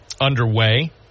underway